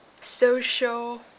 social